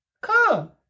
come